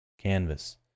canvas